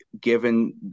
given